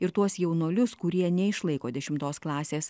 ir tuos jaunuolius kurie neišlaiko dešimtos klasės